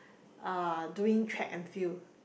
uh doing track and field